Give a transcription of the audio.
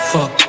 Fuck